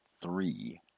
three